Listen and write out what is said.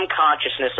consciousness